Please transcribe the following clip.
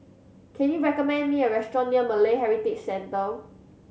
can you recommend me a restaurant near Malay Heritage Centre